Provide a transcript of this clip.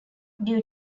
due